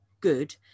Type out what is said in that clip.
good